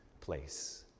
place